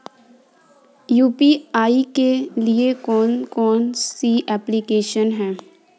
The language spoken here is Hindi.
यू.पी.आई के लिए कौन कौन सी एप्लिकेशन हैं?